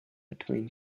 between